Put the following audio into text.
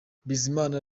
bizimana